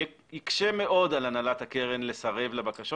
יקשה מאוד על הנהלת הקרן לסרב לבקשות